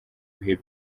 bihe